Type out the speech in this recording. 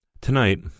Tonight